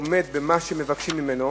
זה שהוא עומד בביקוש, במה שמבקשים ממנו: